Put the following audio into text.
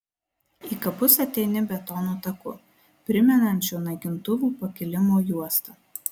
į kapus ateini betono taku primenančiu naikintuvų pakilimo juostą